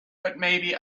butmaybe